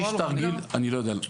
אני לא יודע.